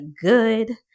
good